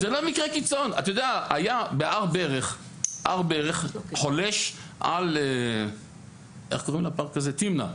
הר ברך חולש על פארק תמנע,